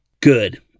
Good